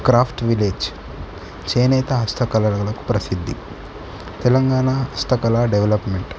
craft village చేనేత హస్తకళలకు ప్రసిద్ధి తెలంగాణ హస్తకళ డెవలప్మెంట్